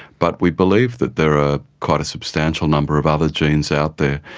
but we believe that there are quite a substantial number of other genes out there,